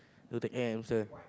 who take care hamster